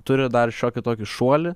turi dar šiokį tokį šuolį